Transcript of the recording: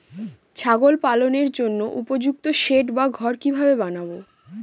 ছাগল পালনের জন্য উপযুক্ত সেড বা ঘর কিভাবে বানাবো?